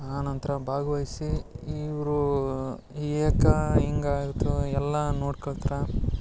ಆನಂತರ ಭಾಗವಹಿಸಿ ಇವರು ಯಾಕೆ ಹಿಂಗ್ ಆಯಿತು ಎಲ್ಲ ನೋಡ್ಕೊತಾರ